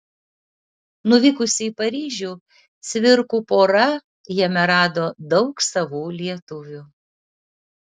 nuvykusi į paryžių cvirkų pora jame rado daug savų lietuvių